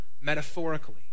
metaphorically